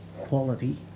quality